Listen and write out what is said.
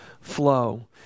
flow